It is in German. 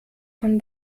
von